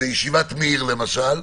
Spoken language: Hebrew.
ישיבת מיר למשל,